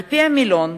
על-פי המילון,